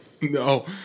No